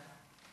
תודה.